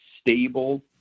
stable